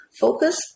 focus